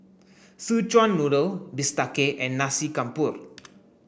Szechuan noodle Bistake and Nasi Campur